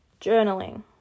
journaling